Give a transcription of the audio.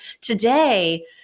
today